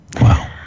Wow